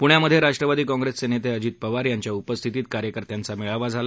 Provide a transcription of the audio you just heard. पुण्यामध्ये राष्ट्रवादी काँग्रेसचे नेते अजित पवार यांच्या उपस्थितीत कार्यकर्त्यांचा मेळावा झाला